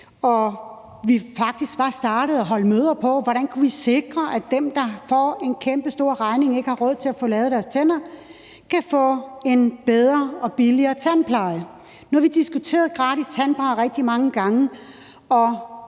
var startet med at holde møder om, hvordan vi kunne sikre, at dem, der får en kæmpestor regning og ikke har råd til at få lavet deres tænder, kan få en bedre og billigere tandpleje. Nu har vi diskuteret gratis tandpleje rigtig mange gange,